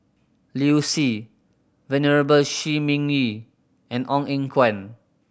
Liu Si Venerable Shi Ming Yi and Ong Eng Guan